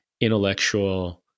intellectual